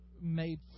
made